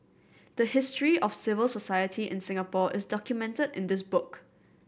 the history of civil society in Singapore is documented in this book